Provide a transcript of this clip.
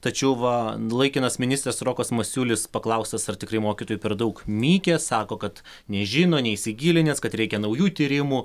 tačiau va laikinas ministras rokas masiulis paklaustas ar tikrai mokytojų per daug mykė sako kad nežino neįsigilinęs kad reikia naujų tyrimų